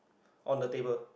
on the table